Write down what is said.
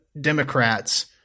Democrats –